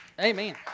amen